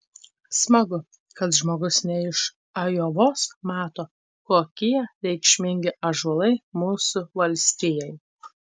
smagu kad žmogus ne iš ajovos mato kokie reikšmingi ąžuolai mūsų valstijai